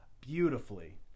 beautifully